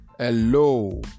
Hello